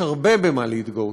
יש הרבה במה להתגאות: